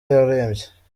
arembye